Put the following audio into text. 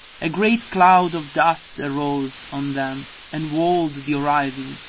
a great cloud of dust arose on them and walled the horizon.